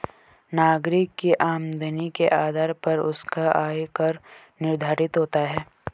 नागरिक की आमदनी के आधार पर उसका आय कर निर्धारित होता है